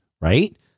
right